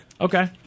Okay